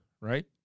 right